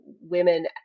women